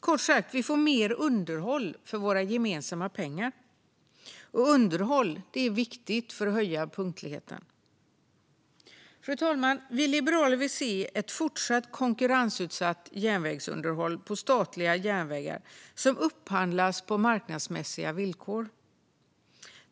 Kort sagt får vi mer underhåll för våra gemensamma pengar. Och underhåll är viktigt för att öka punktligheten. Fru talman! Vi liberaler vill se ett fortsatt konkurrensutsatt järnvägsunderhåll på statliga järnvägar som upphandlas på marknadsmässiga villkor.